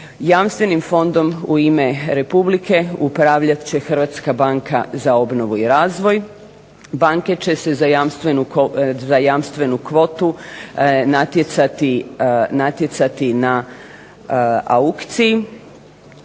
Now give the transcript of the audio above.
Jamstvenim fondom u ime Republike upravljat će Hrvatska banka za obnovu i razvoj. Banke će se za jamstvenu kvotu natjecati na aukciji